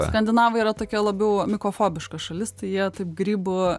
skandinavai yra tokie labiau mikofobiška šalis tai jie taip grybų